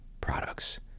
products